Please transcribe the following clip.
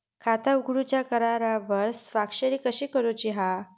खाता उघडूच्या करारावर स्वाक्षरी कशी करूची हा?